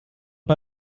bei